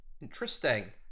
Interesting